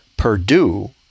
Purdue